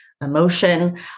emotion